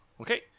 Okay